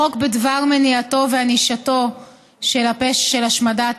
החוק בדבר מניעתו וענישתו של הפשע השמדת